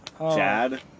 Chad